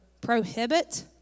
prohibit